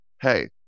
Hey